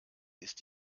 ist